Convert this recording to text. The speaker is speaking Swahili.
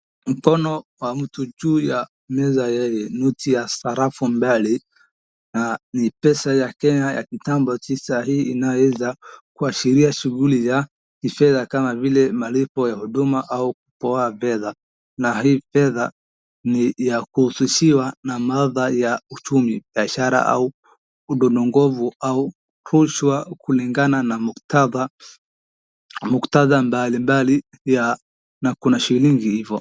Mkono wa mtu juu ya meza yenye noti ya sarafu mbili na ni pesa ya Kenya ya kitambo, si sahii, inaweza kuashiria shughuli ya kifedha kama vile malipo ya huduma au poa fedha, na hii fedha ni ya kuufisiwa na mada ya uchumi, biashara au udonongovu au rushwa kulingana na muktadha mbalimbali ya na kuna shilingi hivo.